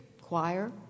choir